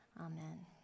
Amen